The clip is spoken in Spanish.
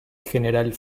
general